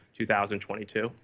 2022